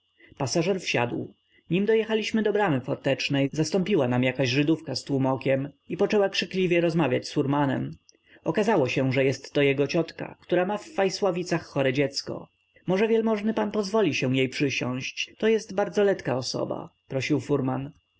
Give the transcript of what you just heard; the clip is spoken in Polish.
pasażer wsiadł nim dojechaliśmy do bramy fortecznej zastąpiła nam jakaś żydówka z tłómokiem i poczęła krzykliwie rozmawiać z furmanem okazało się że jestto jego ciotka która ma w fajsławicach chore dziecko może wielmożny pan pozwoli się jej przysiąść to jest bardzo letka osoba prosił furman